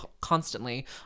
constantly